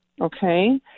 okay